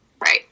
right